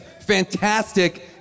fantastic